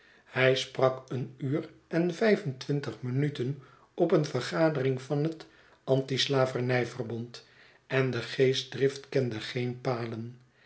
hij sprak een uur en vijfentwintig minuten op een vergadering van het antislavernijverbond en degeestdriftkendegeen palen